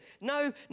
no